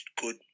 good